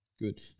Good